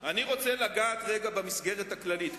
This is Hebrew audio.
אני רוצה לרגע לגעת במסגרת הכללית,